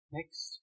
Next